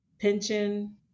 pension